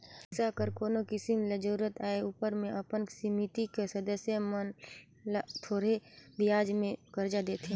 पइसा कर कोनो किसिम ले जरूरत आए उपर में अपन समिति के सदस्य मन ल थोरहें बियाज में करजा देथे